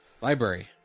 Library